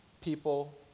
people